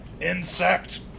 insect